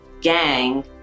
gang